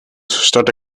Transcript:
start